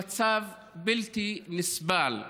במצב בלתי נסבל לתפארת.